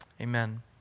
amen